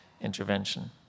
intervention